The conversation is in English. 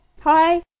Hi